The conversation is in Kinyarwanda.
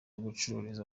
gucururiza